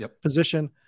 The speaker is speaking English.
position